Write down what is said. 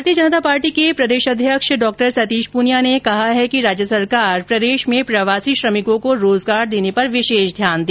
भारतीय जनता पार्टी के प्रदेशाध्यक्ष डॉ सतीश पूनिया ने कहा है कि राज्य सरकार प्रदेश में प्रवासी श्रमिकों को रोजगार देने पर विशेष ध्यान दे